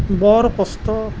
বৰ কষ্ট